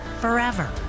forever